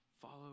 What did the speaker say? Follow